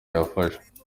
yafashe